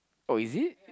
oh is it